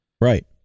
Right